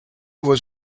was